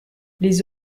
les